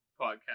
podcast